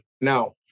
No